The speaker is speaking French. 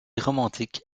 romantique